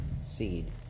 seed